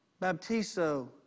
baptizo